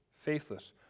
faithless